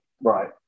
right